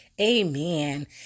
Amen